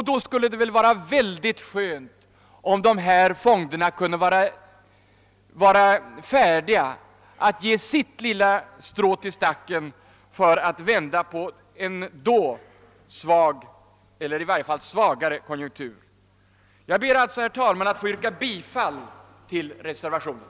Det skulle vara väldigt skönt om dessa fonder då kunde vara färdiga att ge sitt lilla strå till stacken för att vända på en svag eller i varje fall svagare konjunktur. Jag ber alltså, herr talman, att få yrka bifall till reservationen.